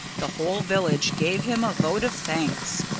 the whole village gave him a vote of thanks.